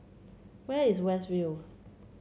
where is West View